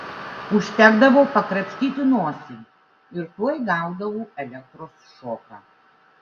užtekdavo pakrapštyti nosį ir tuoj gaudavau elektros šoką